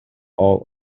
all